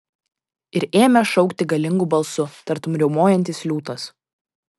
ir ėmė šaukti galingu balsu tartum riaumojantis liūtas